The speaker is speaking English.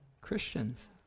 Christians